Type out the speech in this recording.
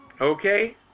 Okay